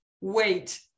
Wait